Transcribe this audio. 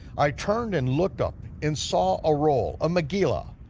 i turned and looked up and saw a roll, a megilah,